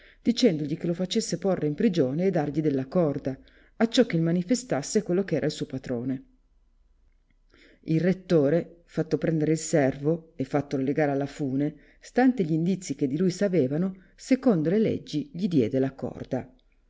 dicendogli rhe lo facesse porre in prigione e dargli della corda acciò che il manifestasse quello che era del suo patrone il rettore fatto prendere il servo e fattolo legare alla fune stanti gli indizi che di lui s'avevano secondo le leggi gli diede la corda